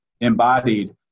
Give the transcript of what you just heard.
embodied